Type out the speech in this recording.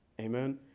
Amen